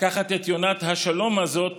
לקחת את יונת השלום הזאת